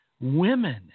women